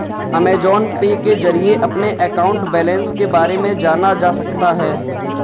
Amazon Pay के जरिए अपने अकाउंट बैलेंस के बारे में जाना जा सकता है